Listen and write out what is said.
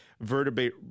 vertebrae